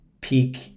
peak